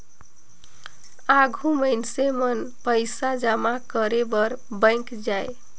आघु मइनसे मन पइसा जमा करे बर बेंक जाएं